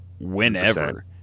whenever